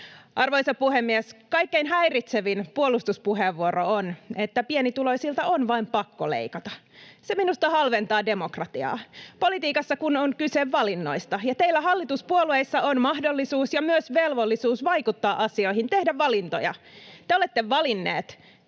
Arvoisa puhemies! Kaikkein häiritsevin puolustuspuheenvuoro on, että pienituloisilta on vain pakko leikata. Se minusta halventaa demokratiaa. Politiikassa kun on kyse valinnoista, ja teillä hallituspuolueissa on mahdollisuus ja myös velvollisuus vaikuttaa asioihin, tehdä valintoja. Te olette valinneet